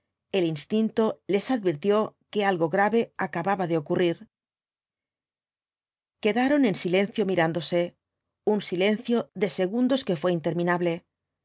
el instinto les advirtió que algo grave acababa de ocurrir quedaron en silencio mirándose un silencio de segundos que fué interminable